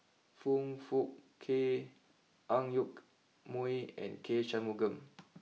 Foong Fook Kay Ang Yoke Mooi and K Shanmugam